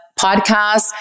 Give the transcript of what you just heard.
podcasts